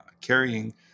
carrying